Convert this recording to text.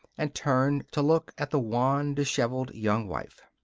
and turned to look at the wan, disheveled young wife.